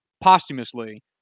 posthumously